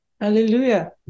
Hallelujah